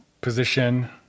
position